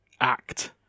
act